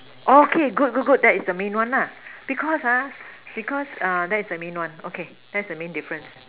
oh okay good good good that's the main one lah because ah because err that's the main one okay that's the main difference